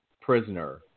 prisoner